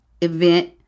event